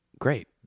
Great